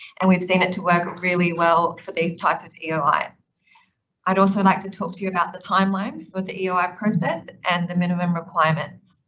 and we've seen it to work really well for these types of eoi. i'd i'd also like to talk to you about the timeline for the eoi process and the minimum requirements.